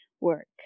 work